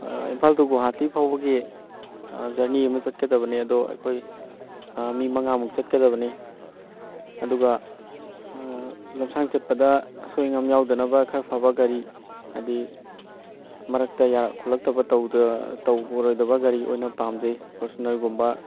Imphal to Guwahati ꯐꯥꯎꯕꯒꯤ journey ꯑꯃ ꯆꯠꯀꯗꯕꯅꯦ ꯑꯗꯣ ꯑꯩꯈꯣꯏ ꯃꯤ ꯃꯉꯥꯃꯨꯛ ꯆꯠꯀꯗꯕꯅꯦ ꯑꯗꯨꯒ ꯂꯝꯁꯥꯡ ꯆꯠꯄꯗ ꯑꯁꯣꯏ ꯑꯉꯥꯝ ꯌꯥꯎꯗꯅꯕ ꯈꯔ ꯐꯕ ꯒꯥꯔꯤ ꯍꯥꯏꯗꯤ ꯃꯔꯛꯇ ꯌꯥꯔꯛ ꯈꯣꯠꯂꯛꯇꯕ ꯇꯧꯔꯣꯏꯗꯕ ꯒꯥꯔꯤ ꯑꯣꯏꯅ ꯄꯥꯝꯖꯩ ꯐꯣꯔꯆꯨꯅꯔꯒꯨꯝꯕ